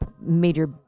major